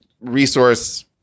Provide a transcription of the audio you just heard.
resource